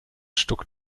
stuck